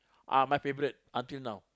ah my favourite until now